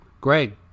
Greg